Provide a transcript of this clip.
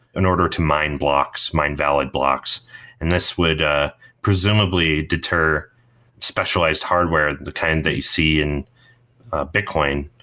in order to mine blocks, mine valid blocks and this would ah presumably deter specialized hardware, the kind that you see in bitcoin,